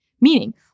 Meaning